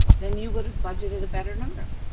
then you would have budgeted a better number.